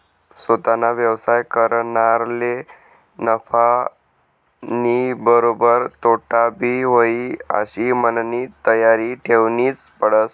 सोताना व्यवसाय करनारले नफानीबरोबर तोटाबी व्हयी आशी मननी तयारी ठेवनीच पडस